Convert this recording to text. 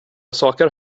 saker